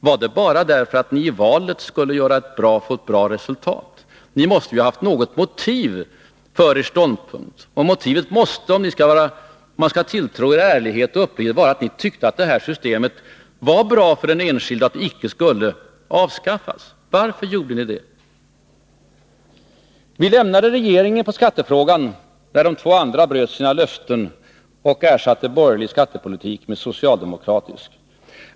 Var det bara därför att ni i valet skulle få ett bra resultat? Ni måste ju ha haft något motiv för er ståndpunkt. Motivet måste, om man skall tro på er ärlighet och uppriktighet, vara att ni tyckte att detta system var så bra för den enskilde att det inte skulle avskaffas. Varför tyckte ni det? Vi lämnade regeringen för skattefrågans skull, när de två andra partierna bröt sina löften och ersatte borgerlig skattepolitik med socialdemokratisk sådan.